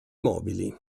mobili